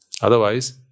Otherwise